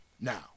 Now